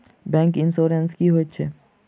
Bank insurance की होइत छैक?